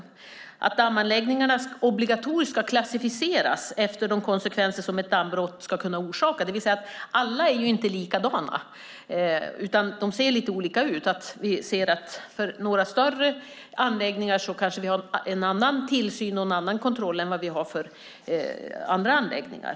Vidare ska det finnas en obligatorisk klassificering av dammanläggningarna utifrån de konsekvenser som ett dammbrott skulle kunna medföra. Alla dammar ju inte likadana. Vad gäller en del större anläggningar kanske vi har en annan tillsyn och kontroll än vid andra anläggningar.